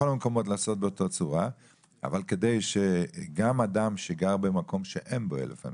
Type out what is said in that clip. בכל המקומות: כדי שגם אדם שגר במקום שאין בו 1000 אנשים,